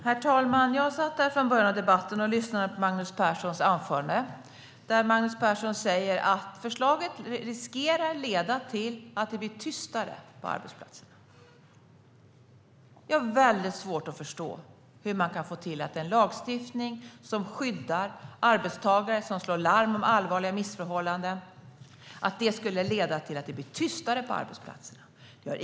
Herr talman! Jag satt här från början av debatten och lyssnade på Magnus Perssons anförande, där han säger att förslaget riskerar att leda till att det blir tystare på arbetsplatserna. Jag har väldigt svårt att förstå hur man kan få det till att en lagstiftning som skyddar arbetstagare som slår larm om allvarliga missförhållanden skulle leda till att det blir tystare på arbetsplatserna.